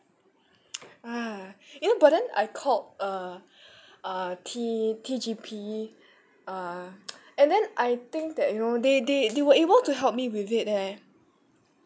ah you know but then I called uh uh T~ T_G_P uh and then I think that you know they they they were able to help me with it eh